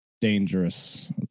dangerous